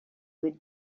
would